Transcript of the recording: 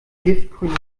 giftgrüne